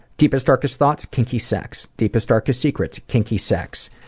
deepest, darkest thoughts? kinky sex. deepest, darkest secrets? kinky sex.